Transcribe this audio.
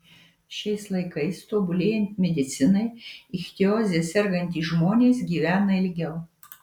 šiais laikais tobulėjant medicinai ichtioze sergantys žmonės gyvena ilgiau